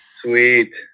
Sweet